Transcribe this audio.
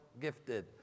gifted